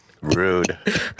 Rude